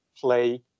play